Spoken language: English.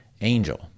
angel